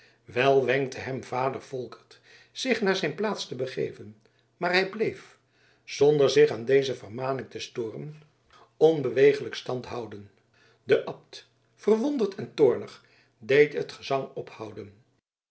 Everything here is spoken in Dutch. wel wenkte hem vader volkert zich naar zijn plaats te begeven maar hij bleef zonder zich aan deze vermaning te storen onbeweeglijk stand houden de abt verwonderd en toornig deed het gezang ophouden